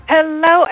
Hello